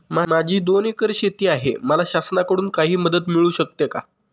माझी दोन एकर शेती आहे, मला शासनाकडून काही मदत मिळू शकते का?